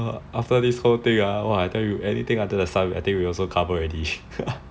I think after this thing ah everything under the sun we also cover already